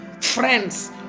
friends